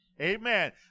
Amen